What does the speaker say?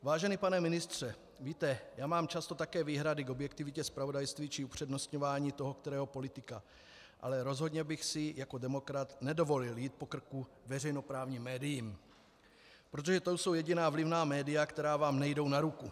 Vážený pane ministře, víte, také mám často výhrady k objektivitě zpravodajství či upřednostňování toho kterého politika, ale rozhodně bych si jako demokrat nedovolil jít po krku veřejnoprávním médiím, protože to jsou jediná vlivná média, která vám nejdou na ruku.